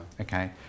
okay